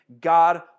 God